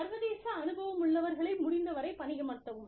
சர்வதேச அனுபவமுள்ளவர்களை முடிந்தவரை பணியமர்த்தவும்